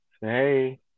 hey